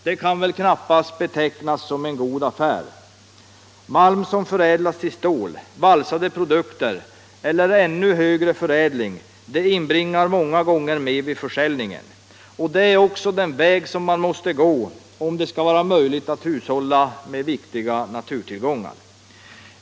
Det kan väl knappast betraktas som en god affär. Malm som förädlas till stål, till valsade eller ännu högre förädlade produkter inbringar många gånger mer vid försäljningen. Det är också den vägen man måste gå om det skall vara möjligt att hushålla med viktiga naturtillgångar.